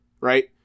Right